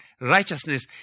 righteousness